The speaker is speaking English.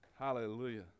Hallelujah